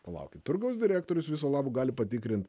palaukit turgaus direktorius viso labo gali patikrint